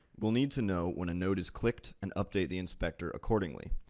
we'll need to know when a node is clicked and update the inspector accordingly,